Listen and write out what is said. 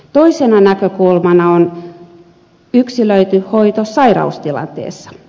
toisena näkökulmana on yksilöity hoito sairaustilanteessa